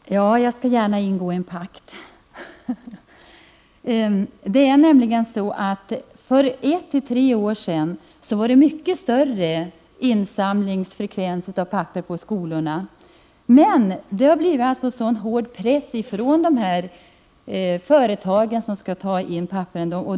Herr talman! Jag skall gärna ingå en pakt. För ett till tre år sedan var det mycket större insamlingsfrekvens av papper på skolorna. Men det har blivit hård press ifrån de företag som skall ta in papperet.